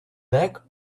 neck